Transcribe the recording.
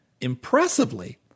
Impressively